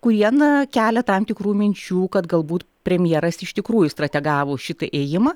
kurie na kelia tam tikrų minčių kad galbūt premjeras iš tikrųjų strategavo šitą ėjimą